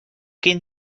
quin